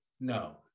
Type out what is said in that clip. no